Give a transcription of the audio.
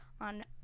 on